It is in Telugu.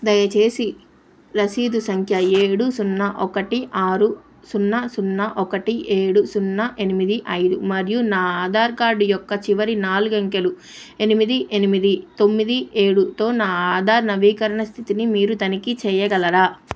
దయచేసి రసీదు సంఖ్య ఏడు సున్నా ఒకటి ఆరు సున్నా సున్నా ఒకటి ఏడు సున్నా ఎనిమిది ఐదు మరియు నా ఆధార్ కార్డ్ యొక్క చివరి నాలుగు అంకెలు ఎనిమిది ఎనిమిది తొమ్మిది ఏడుతో నా ఆధార్ నవీకరణ స్థితిని మీరు తనిఖీ చేయగలరా